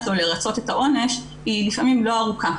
לו לרצות את העונש היא לפעמים לא ארוכה,